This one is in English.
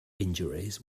injuries